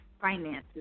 finances